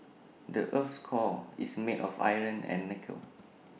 the Earth's core is made of iron and nickel